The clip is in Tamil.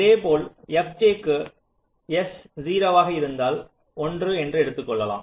இதேபோல் fj க்கு s 0வாக இருந்தால் 1 என்று எடுத்துக் கொள்ளலாம்